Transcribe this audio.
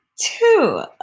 two